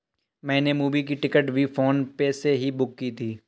मैंने मूवी की टिकट भी फोन पे से ही बुक की थी